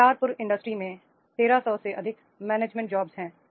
Ballarpur industries में 1300 से अधिक मैनेजमेंट जॉब्स हैं